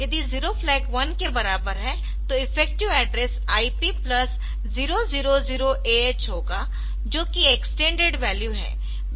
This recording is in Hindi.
यदि जीरो फ्लैग 1 के बराबर है तो effective address IP plus 000AH होगा जो की एक्सटेंडेड वैल्यू है